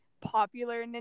Popular